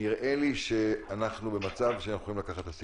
נראה לי שאנחנו במצב שאנחנו יכולים לקחת את הסיכון.